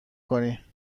کنی